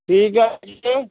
ঠিক আছে